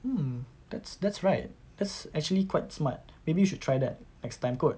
um that's that's right that's actually quite smart maybe you should try that next time kot